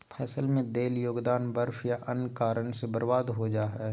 फसल में देल योगदान बर्फ या अन्य कारन से बर्बाद हो जा हइ